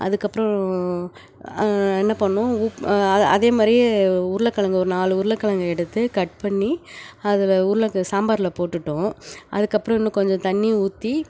அதுக்கப்புறம் என்ன பண்ணோம் அதேமாதிரியே உருளைக்கெழங்கு ஒரு நாலு உருளைக்கெழங்க எடுத்து கட் பண்ணி அதில் உருளைக் சாம்பாரில் போட்டு விட்டோம் அதுக்கப்புறம் இன்னும் கொஞ்சம் தண்ணி ஊற்றி